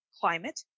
Climate